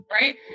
right